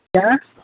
क्या